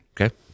Okay